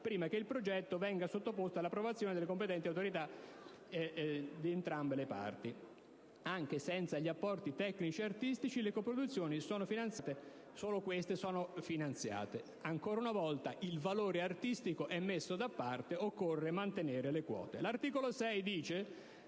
prima che il progetto venga sottoposto all'approvazione delle competenti autorità di entrambe le parti. Anche senza gli apporti tecnici e artistici, le coproduzioni solo finanziarie sono consentite». Ancora una volta, il valore artistico è messo da parte: occorre mantenere le quote.